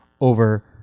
over